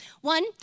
One